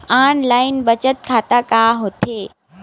Online बचत खाता का होथे?